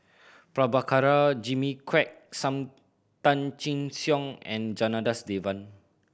Prabhakara Jimmy Quek Sam Tan Chin Siong and Janadas Devan